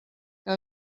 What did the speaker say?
que